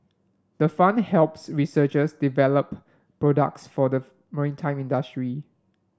the fund helps researchers develop products for the maritime industry